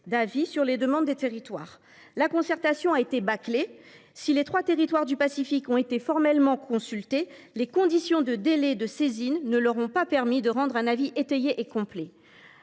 avis transmis par les territoires. La concertation a été bâclée. Si les trois territoires du Pacifique ont été formellement consultés, les délais de saisine ne leur ont pas permis de rendre un avis étayé et complet.